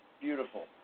beautiful